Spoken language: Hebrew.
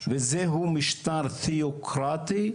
וזה הוא משטר תיאוקרטי,